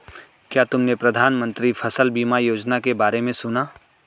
क्या तुमने प्रधानमंत्री फसल बीमा योजना के बारे में सुना?